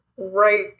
right